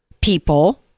people